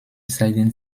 zeigen